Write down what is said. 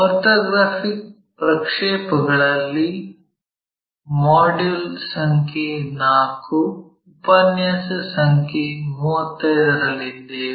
orthographic ಪ್ರಕ್ಷೇಪಗಳಲ್ಲಿ module ಸಂಖ್ಯೆ 4 ಉಪನ್ಯಾಸ ಸಂಖ್ಯೆ 35 ರಲ್ಲಿದ್ದೇವೆ